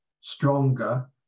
stronger